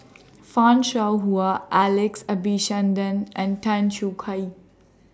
fan Shao Hua Alex Abisheganaden and Tan Choo Kai